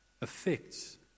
affects